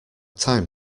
time